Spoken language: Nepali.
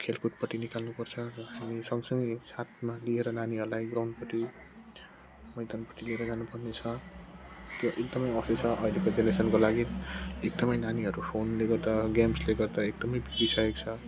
खेलकुदपट्टि निकाल्नुपर्छ र सँगसँगै साथमा लिएर नानीहरूलाई ग्राउन्डपट्टि मैदानपट्टि लिएर जानुपर्ने छ त्यो एकदमै अहिलेको जेनेरेसनको लागि एकदमै नानीहरू फोनले गर्दा ग्याम्सले गर्दा एकदमै बिग्रिसकेको छ